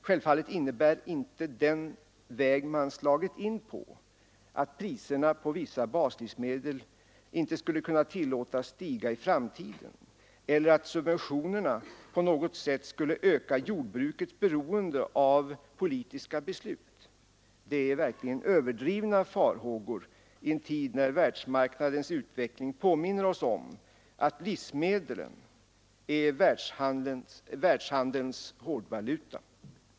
Självfallet innebär inte den väg man slagit in på att priserna på vissa baslivsmedel inte skulle kunna tillåtas stiga i framtiden eller att subventionerna på något sätt skulle öka jordbrukets beroende av politiska beslut. Det är verkligen överdrivna farhågor i en tid när världsmarknadens utveckling påminner oss om att livsmedlen är världshandelns hårdvaluta.